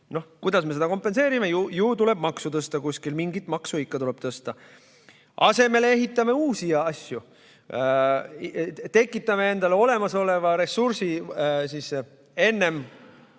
Kuidas me seda kompenseerime? Ju tuleb maksu tõsta, kuskil mingit maksu ikka tuleb tõsta. Asemele ehitame uusi asju, tekitame endale olemasoleva ressursi enne